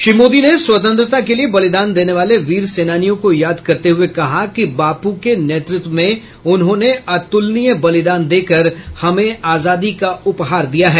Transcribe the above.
श्री मोदी ने स्वतंत्रता के लिये बलिदान देने वाले वीर सेनानियों को याद करते हुये कहा कि बापू के नेतृत्व में उन्होंने अतुलनीय बलिदान देकर हमे आजादी का उपहार दिया है